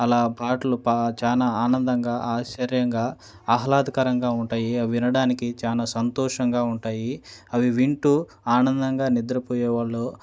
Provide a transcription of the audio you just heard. అలా పాటలు పా చాలా ఆనందంగా ఆశ్చర్యంగా ఆహ్లాదకరంగా ఉంటాయి అవి వినడానికి చాలా సంతోషంగా ఉంటాయి అవి వింటు ఆనందంగా నిద్రపోయ్యే వాళ్ళు